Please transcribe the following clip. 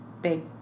big